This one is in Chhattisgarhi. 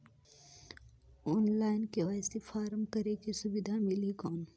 ऑनलाइन के.वाई.सी फारम करेके सुविधा मिली कौन?